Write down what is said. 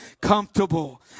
comfortable